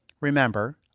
remember